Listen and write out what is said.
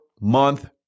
month